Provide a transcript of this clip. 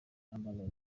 amber